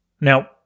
Now